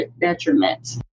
detriment